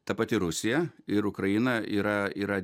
ta pati rusija ir ukraina yra yra